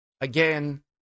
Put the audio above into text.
Again